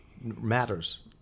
matters